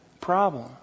problem